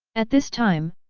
at this time,